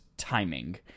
Timing